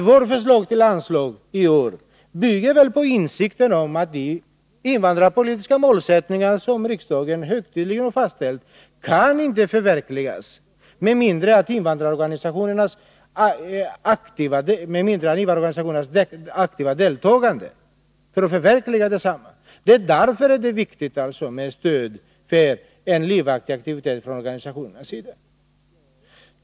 Vårt förslag till anslag i år bygger på insikten om att de invandrarpolitiska mål som riksdagen högtidligen fastställt inte kan förverkligas med mindre än att invandrarorganisationerna aktivt deltar. Det är därför det är viktigt med stöd till en livaktig aktivitet från organisationernas sida.